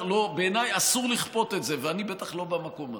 בעיניי אסור לכפות את זה, ואני בטח לא במקום הזה.